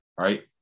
right